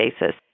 basis